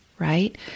Right